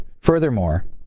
furthermore